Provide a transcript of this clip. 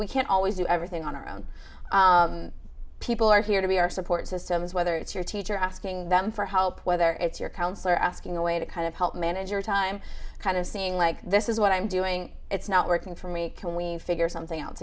can't always do everything on our own people are here to be our support systems whether it's your teacher asking them for help whether it's your counsellor asking the way to kind of help manage your time kind of seeing like this is what i'm doing it's not working for me and we figure something out